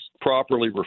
properly